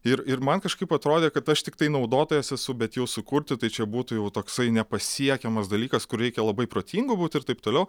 ir ir man kažkaip atrodė kad aš tiktai naudotojas esu bet jau sukurti tai čia būtų jau toksai nepasiekiamas dalykas kur reikia labai protingu būt ir taip toliau